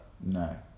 No